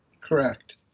Correct